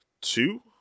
two